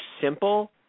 simple